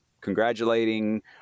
congratulating